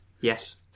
Yes